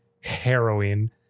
harrowing